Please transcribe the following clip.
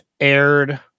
aired